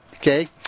Okay